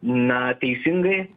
na teisingai